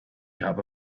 habe